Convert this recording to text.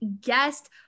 guest